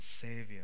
Savior